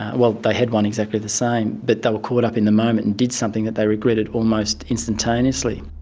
well, they had one exactly the same but they were caught up in the moment and did something that they regretted almost instantaneously.